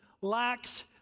lacks